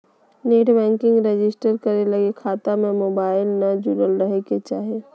net banking register करे लगी खता में मोबाईल न जुरल रहइ के चाही